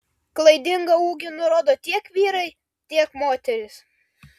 klaidingą ūgį nurodo tiek vyrai tiek moterys